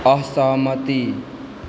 असहमति